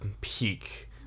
peak